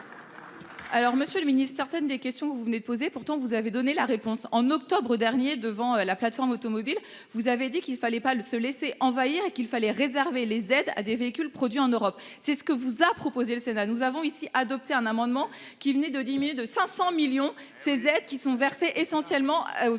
Alors Monsieur le Ministre, certaines des questions que vous venez de poser, pourtant vous avez donné la réponse en octobre dernier devant la plateforme automobile, vous avez dit qu'il fallait pas de se laisser envahir et qu'il fallait réserver les aides à des véhicules produits en Europe, c'est ce que vous a proposé le Sénat, nous avons ici adopté un amendement qui venait de diminuer de 500 millions. Ces aides qui sont versées essentiellement aux